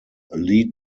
lead